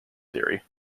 theory